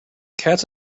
cats